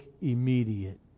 immediate